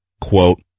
Quote